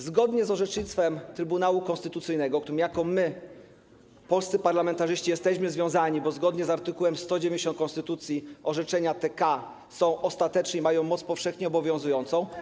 Zgodnie z orzecznictwem Trybunału Konstytucyjnego, którym jako polscy parlamentarzyści jesteśmy związani, bo zgodnie z art. 190 konstytucji orzeczenia TK są ostateczne, mają moc powszechnie obowiązującą.